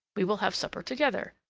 we will have supper together!